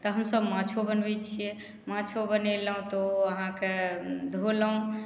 तऽ हमसब माछो बनबै छिए माछो बनेलहुँ तऽ ओ अहाँके धोलहुँ